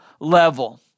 level